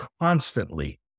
Constantly